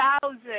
thousand